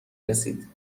رسید